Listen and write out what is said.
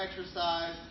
exercise